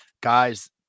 Guys